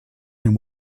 him